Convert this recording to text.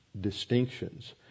distinctions